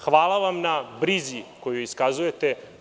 Hvala vam na brizi koju iskazujete.